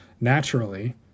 naturally